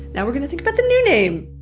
now we're going to think about the new name!